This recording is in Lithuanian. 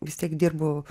vis tiek dirbau